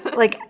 but like,